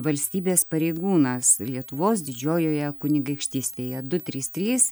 valstybės pareigūnas lietuvos didžiojoje kunigaikštystėje du trys trys